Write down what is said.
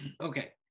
Okay